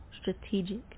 strategic